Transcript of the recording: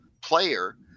player